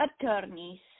attorneys